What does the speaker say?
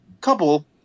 couple